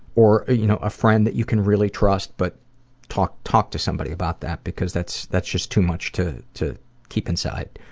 or a you know friend that you can really trust, but talk talk to somebody about that, because that's that's just too much to to keep inside.